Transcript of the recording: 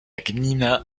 gmina